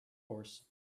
course